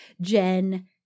Jen